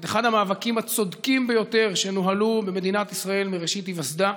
את אחד המאבקים הצודקים ביותר שנוהלו במדינת ישראל מראשית היווסדה,